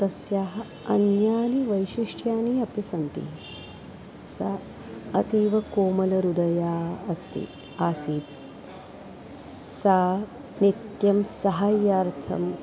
तस्याः अन्यानि वैशिष्ट्यानि अपि सन्ति सा अतीव कोमलहृदया अस्ति आसीत् सा नित्यं सहायार्थं